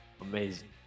Amazing